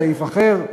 סעיף אחר.